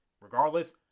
Regardless